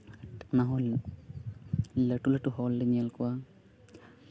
ᱞᱟᱹᱴᱩ ᱞᱟᱹᱴᱩ ᱦᱚᱲᱞᱮ ᱧᱮᱞ ᱠᱚᱣᱟ